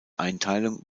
einteilung